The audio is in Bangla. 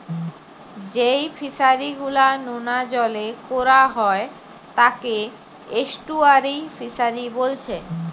যেই ফিশারি গুলা নোনা জলে কোরা হয় তাকে এস্টুয়ারই ফিসারী বোলছে